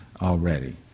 already